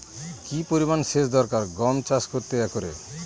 কি পরিমান সেচ দরকার গম চাষ করতে একরে?